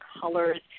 colors